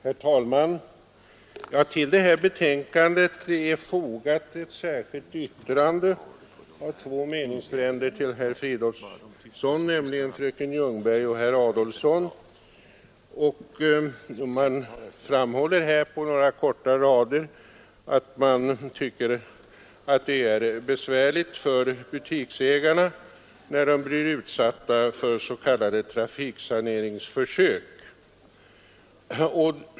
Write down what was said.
Herr talman! Till detta betänkade är fogat ett särskilt yttrande av två meningsfränder till herr Fridolfsson i Stockholm, nämligen fröken Ljungberg och herr Adolfsson. De framhåller på några korta rader att de tycker att det är besvärligt för butiksägarna när de blir utsatta för s.k. trafiksaneringsförsök.